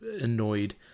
annoyed